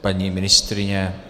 Paní ministryně?